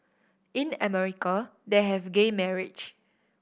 in America they have gay marriage